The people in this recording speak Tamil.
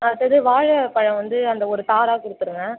அடுத்தது வாழைப்பழம் வந்து அந்த ஒரு தாராக கொடுத்துருங்க